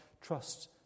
trust